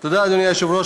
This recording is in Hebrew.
אדוני היושב-ראש,